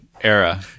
era